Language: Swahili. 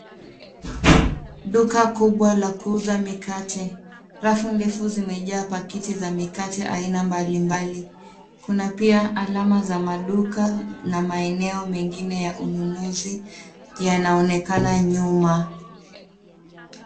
Duka kubwa la kuuza mikate. Rafu ndefu zimejaa pakiti za mikate aina mbali mbali. Kuna pia alama za maduka na maeneo mengine ya ununuzi, yanaonekana nyuma.